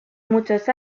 muchos